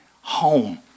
home